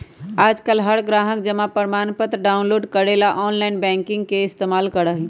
आजकल हर ग्राहक जमा प्रमाणपत्र डाउनलोड करे ला आनलाइन बैंकिंग के इस्तेमाल करा हई